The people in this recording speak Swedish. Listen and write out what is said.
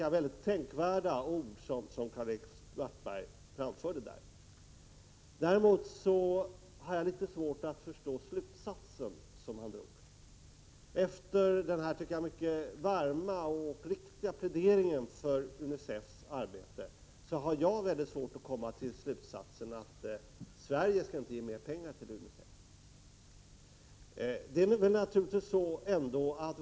Karl-Erik Svartbergs ord var mycket tänkvärda. Däremot har jag litet svårt att förstå hans slutsats. Efter denna mycket varma och riktiga plädering för UNICEF:s arbete har jag mycket svårt att komma till slutsatsen att Sverige inte skall ge mer pengar till UNICEF.